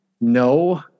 no